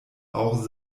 auch